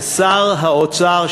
ושר האוצר,